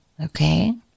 Okay